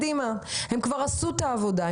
הם כבר עשו את העבודה,